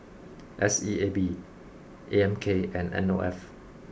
S E A B A M K and N O F